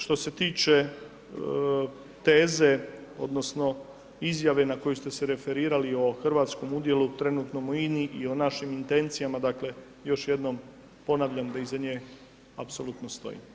Što se tiče teze odnosno izjave na koju ste se referirali o hrvatskom udjelu trenutnom u INI i o našim intencijama dakle još jednom ponavljam da iza nje apsolutno stojimo.